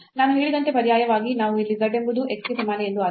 ನಾನು ಹೇಳಿದಂತೆ ಪರ್ಯಾಯವಾಗಿ ನಾವು ಇಲ್ಲಿ z ಎಂಬುದು x ಗೆ ಸಮಾನ ಎಂದು ಆದೇಶಿಸಬಹುದು